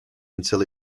until